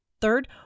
Third